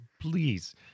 please